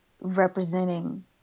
representing